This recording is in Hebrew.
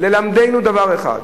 ללמדנו דבר אחד,